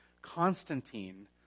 Constantine